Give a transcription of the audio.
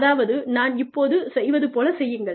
அதாவது நான் இப்போது செய்வது போலச் செய்யுங்கள்